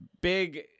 big